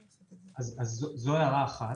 זו הערה אחת.